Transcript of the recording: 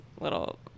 little